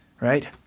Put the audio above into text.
Right